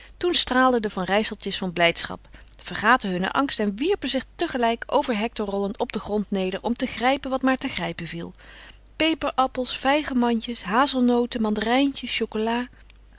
toen straalden de van rijsseltjes van blijdschap vergaten hunnen angst en wierpen zich tegelijk over hector rollend op den grond neder om te grijpen wat maar te grijpen viel peperappels vijgenmandjes hazelnoten mandarijntjes chocolâ